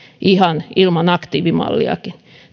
ihan ilman aktiivimalliakin